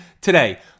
today